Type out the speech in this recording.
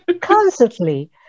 constantly